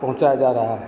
पहुँचाया जा रहा है